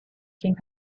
king